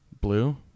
Blue